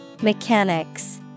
Mechanics